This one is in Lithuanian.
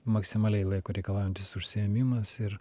maksimaliai laiko reikalaujantis užsiėmimas ir